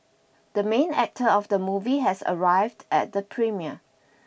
the main actor of the movie has arrived at the premiere